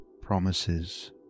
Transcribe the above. promises